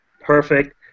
perfect